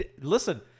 listen